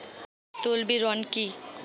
তলবি ঋন কি?